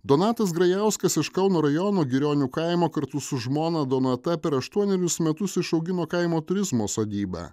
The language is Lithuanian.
donatas grajauskas iš kauno rajono girionių kaimo kartu su žmona donata per aštuonerius metus išaugino kaimo turizmo sodybą